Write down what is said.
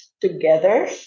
together